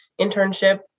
internship